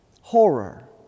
horror